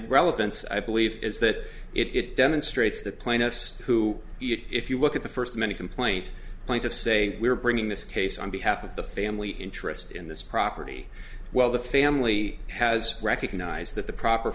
relevance i believe is that it demonstrates the plaintiffs who if you look at the first many complaint plaintiffs say we're bringing this case on behalf of the family interest in this property well the family has recognized that the proper